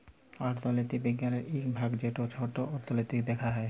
অথ্থলিতি বিজ্ঞালের ইক ভাগ যেট ছট অথ্থলিতি দ্যাখা হ্যয়